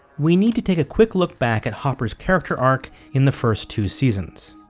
we need to take a quick look back at hopper's character arc in the first two seasons.